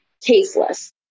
tasteless